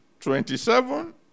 twenty-seven